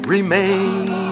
Remain